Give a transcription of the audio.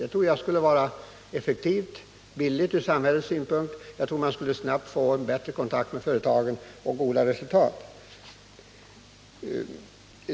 Jag tror att det skulle vara effektivt och billigt ur samhällets synpunkt och att man på det sättet snabbt skulle få en bättre kontakt med företagen och kunna nå goda resultat.